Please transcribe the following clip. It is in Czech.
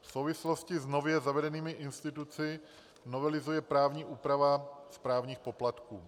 V souvislosti s nově zavedenými instituty se novelizuje právní úprava správních poplatků.